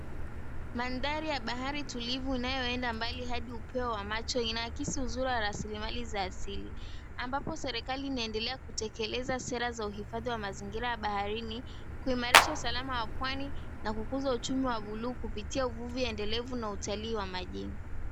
Mandhari ya bahari tulivu inayoenda mbali hadi upeo wa macho, inaakisi uzuri rasilimali za asili, ambapo serikali inaendelea kutekeleza sera za uhifadhi wa mazingira ya baharini, kuimarisha usalama wa pwani, na kukuza uchumi wa buluu, kupitia uvuvi endelevu na utalii wa majini.